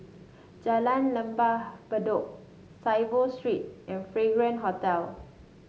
Jalan Lembah Bedok Saiboo Street and Fragrance Hotel